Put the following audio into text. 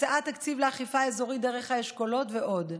הקצאת תקציב לאכיפה אזורית דרך האשכולות ועוד.